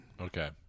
okay